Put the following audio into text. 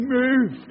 move